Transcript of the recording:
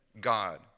God